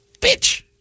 Bitch